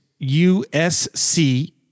USC